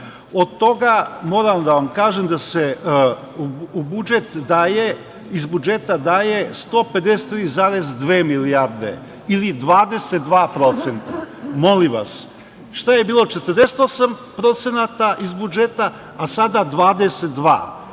Od toga, moram da vam kažem, da se iz budžeta daje 153,2 milijarde ili 22%. Molim vas, šta je bilo 48% iz budžeta, a sada 22%.